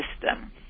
system